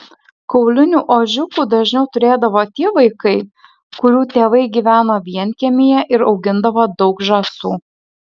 kaulinių ožiukų dažniau turėdavo tie vaikai kurių tėvai gyveno vienkiemyje ir augindavo daug žąsų